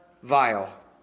Vile